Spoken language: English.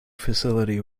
facility